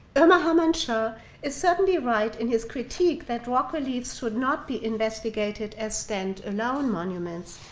omur harmansah is certainly right in his critique that rock reliefs should not be investigated as stand alone monuments,